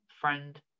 friend